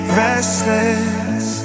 restless